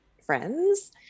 friends